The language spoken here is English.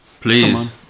Please